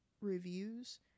reviews